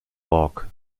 walk